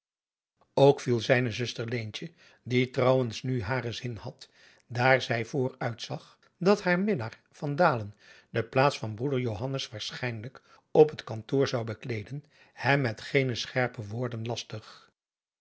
ook viel zijne zuster leentje die trouwens nu haren zin had daar zij vooruit zag dat haar minnaar van dalen de plaats van broeder johannes waarschijnlijk op t kantoor zou bekleeden hem met geene scherpe woorden lastig